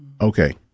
Okay